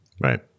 Right